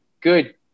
good